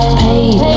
paid